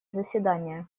заседания